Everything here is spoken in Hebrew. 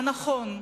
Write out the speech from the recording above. הנכון,